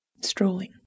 strolling